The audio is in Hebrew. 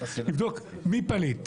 ואבדוק מי פליט.